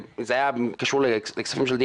זה היה קשור לכספים ---,